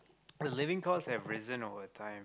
the living cost has risen over time